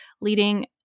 leading